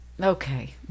okay